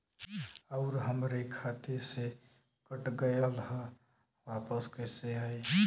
आऊर हमरे खाते से कट गैल ह वापस कैसे आई?